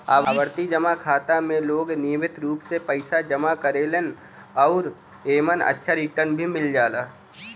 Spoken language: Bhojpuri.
आवर्ती जमा खाता में लोग नियमित रूप से पइसा जमा करेलन आउर एमन अच्छा रिटर्न भी मिल जाला